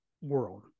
world